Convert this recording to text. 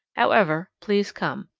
however, please come.